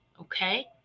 okay